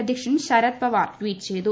അധ്യക്ഷൻ ശര്ത് പ്പാർ ട്വീറ്റ് ചെയ്തു